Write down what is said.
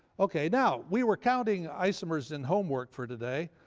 okay, now we were counting isomers in homework for today.